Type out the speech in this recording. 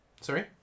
Sorry